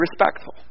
respectful